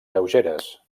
lleugeres